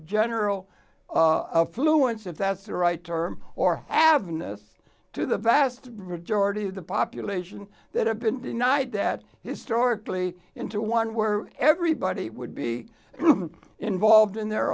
general fluence if that's the right term or avernus to the vast majority of the population that have been denied that historically into one where everybody would be involved in their